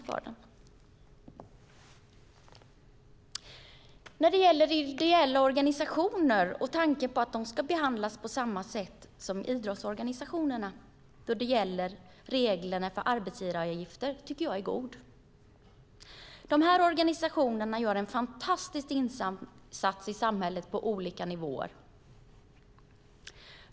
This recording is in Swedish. Tanken att ideella organisationer ska behandlas på samma sätt som idrottsorganisationerna när det gäller reglerna för arbetsgivaravgifter tycker jag är god. Dessa organisationer gör en fantastisk insats i samhället på olika nivåer.